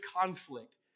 conflict